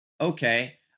Okay